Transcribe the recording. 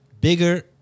bigger